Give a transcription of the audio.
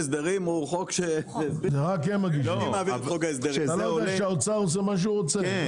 אתה לא יודע שהאוצר עושה מה שהוא רוצה?